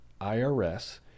IRS